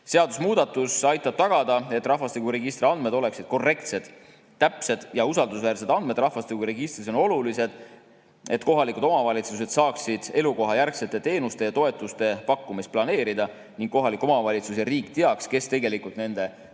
seadusemuudatus aitab tagada, et rahvastikuregistri andmed oleksid korrektsed. Täpsed ja usaldusväärsed andmed rahvastikuregistris on olulised, et kohalikud omavalitsused saaksid elukohajärgsete teenuste ja toetuste pakkumist planeerida ning kohalik omavalitsus ja riik teaks, kes tegelikult nende